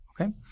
Okay